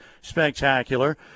spectacular